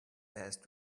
best